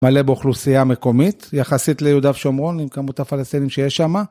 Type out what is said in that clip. מלא באוכלוסייה מקומית, יחסית ליהודה ושומרון עם כמות הפלסטינים שיש שם.